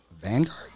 Vanguard